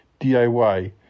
DIY